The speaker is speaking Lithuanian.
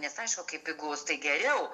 nes aišku kai pigus tai geriau